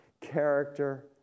character